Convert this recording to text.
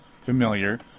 familiar